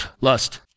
Lust